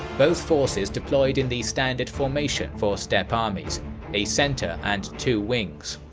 both forces deployed in the standard formation for steppe armies a center and two wings.